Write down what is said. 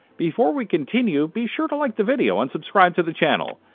before we continue, be sure to like the video and subscribe to the channel!